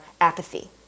apathy